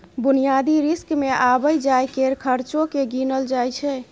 बुनियादी रिस्क मे आबय जाय केर खर्चो केँ गिनल जाय छै